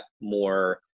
more